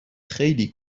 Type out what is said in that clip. خیلی